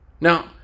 Now